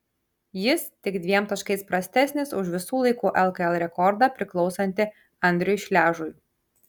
jis tik dviem taškais prastesnis už visų laikų lkl rekordą priklausantį andriui šležui